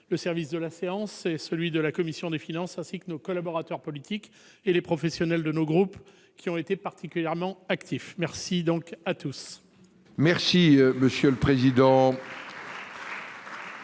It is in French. le service de la séance et celui de la commission des finances, ainsi que nos collaborateurs politiques et les professionnels de nos groupes, qui ont été particulièrement actifs. Merci à chacun d'entre vous.